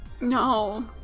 No